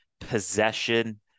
possession